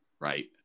right